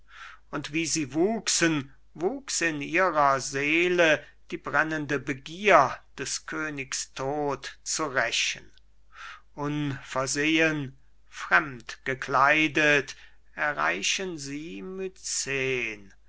und wie sie wuchsen wuchs in ihrer seele die brennende begier des königs tod zu rächen unversehen fremd gekleidet erreichen sie